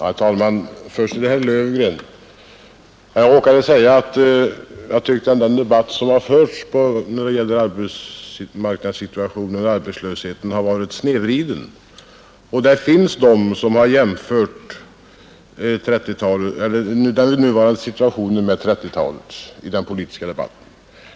Herr talman! Först vill jag vända mig till herr Löfgren. Jag råkade säga att jag tyckte den debatt som förts om arbetsmarknadssituationen och arbetslösheten har varit snedvriden och att det finns de som i den politiska debatten har jämfört den nuvarande situationen med 1930-talet.